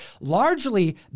largely